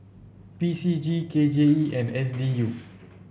P C G K J E and S D U